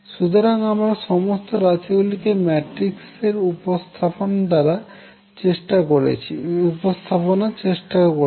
সুতরাং আমরা সমস্ত রাশি গুলিকে ম্যাট্রিক্স দ্বারা উপস্থাপন করার চেষ্টা করছি